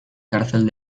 cárcel